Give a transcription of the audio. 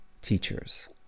teachers